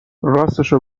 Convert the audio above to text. راستشو